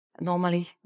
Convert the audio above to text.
normally